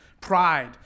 pride